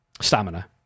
stamina